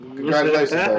Congratulations